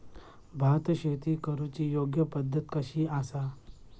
भात शेती करुची योग्य पद्धत कशी आसा?